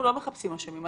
אנחנו לא מחפשים אשמים.